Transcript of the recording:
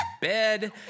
bed